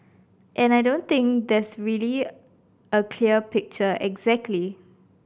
and I don't think there's a really clear picture exactly